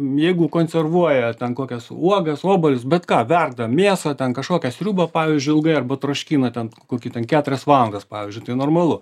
jeigu konservuoja ten kokias uogas obuolius bet ką verda mėsą ten kažkokią sriubą pavyzdžiui ilgai arba troškina ten kokį keturias valandas pavyzdžiui tai normalu